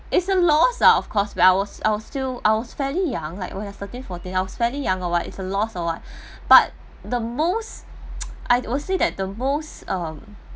is a loss lah of course when I was I was still I was fairly young like when I was thirteen fourteen I was fairly young or what is a loss or what but the most I would say that the most um